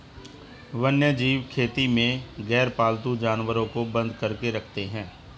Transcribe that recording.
वन्यजीव खेती में गैरपालतू जानवर को बंद करके रखते हैं